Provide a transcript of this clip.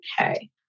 Okay